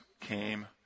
came